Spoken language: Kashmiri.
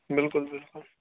بِلکُل بِلکُل